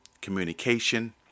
communication